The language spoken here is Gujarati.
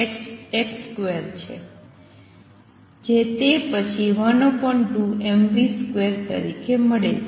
જે તે પછી 12mv2 તરીકે મળે છે